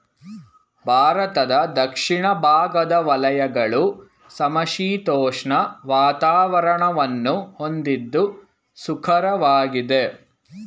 ಭಾರತದ ದಕ್ಷಿಣ ಭಾಗದ ವಲಯಗಳು ಸಮಶೀತೋಷ್ಣ ವಾತಾವರಣವನ್ನು ಹೊಂದಿದ್ದು ಸುಖಕರವಾಗಿದೆ